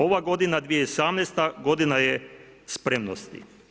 Ova godina 2018., godina je spremnosti.